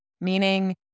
Meaning